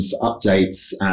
updates